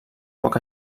poc